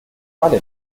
quale